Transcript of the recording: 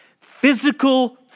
physical